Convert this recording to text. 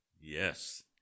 Yes